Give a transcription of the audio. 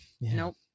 Nope